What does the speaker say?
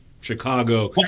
Chicago